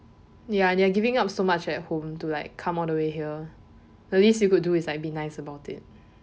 ya and they are giving up so much at home to like come all the way here the least you could do is like be nice about it